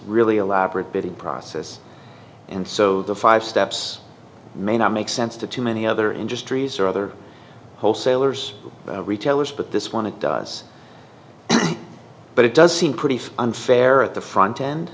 really elaborate bidding process and so the five steps may not make sense to too many other industries or other wholesalers retailers but this one it does but it does seem pretty unfair at the front end